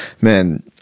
man